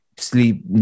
sleep